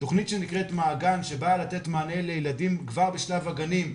תוכנית שנקראת "מעגן" שבאה לתת מענה לילדים כבר בשלב הגנים,